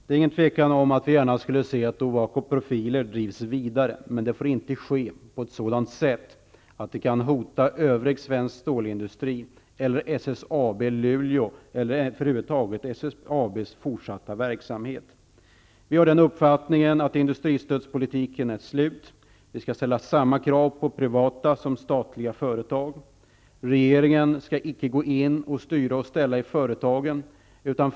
Herr talman! Vi skulle gärna se att Ovako Profiler drivs vidare, men det får inte ske på ett sådant sätt att det kan hota övrig svensk stålindustri eller SSAB Luleå eller över huvud taget SSAB:s fortsatta verksamhet. Vi har den uppfattningen att industristödspolitiken är slut. Vi skall ställa samma krav på privata som på statliga företag. Regeringen skall icke gå in och styra och ställa i företagen.